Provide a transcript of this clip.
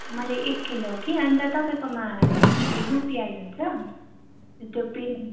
मलाई एक किलो कि अन्त तपाईँकोमा युपिआई हुन्छ त्यो पे नम्